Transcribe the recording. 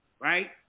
Right